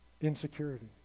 Insecurity